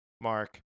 Mark